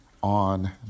on